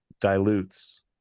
dilutes